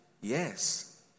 Yes